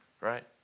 Right